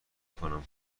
کنم